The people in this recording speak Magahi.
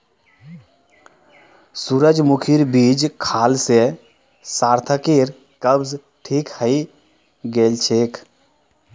सूरजमुखीर बीज खाल से सार्थकेर कब्ज ठीक हइ गेल छेक